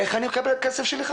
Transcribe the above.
איך אני מקבל בחזרה את הכסף שלי.